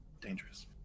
Dangerous